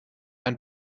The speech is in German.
ein